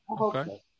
Okay